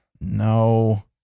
no